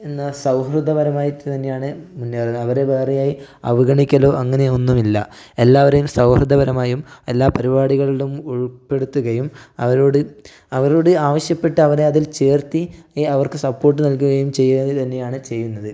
എന്താ സൗഹൃദപരമായിട്ടു തന്നെയാണ് മുന്നേറുന്നത് അവരെ വേറെ അവഗണിക്കലോ അങ്ങനെ ഒന്നുമില്ല എല്ലാവരും സൗഹൃദപരമായും എല്ലാ പരിപാടികളിലും ഉൾപ്പെടുത്തുകയും അവരോട് അവരോട് ആവശ്യപ്പെട്ട് അവരതിൽ ചേർത്തി അവർക്ക് സപ്പോർട്ട് നൽകുകയും ചെയ്യുക തന്നെയാണ് ചെയ്യുന്നത്